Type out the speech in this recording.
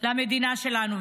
למדינה שלנו.